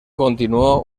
continuó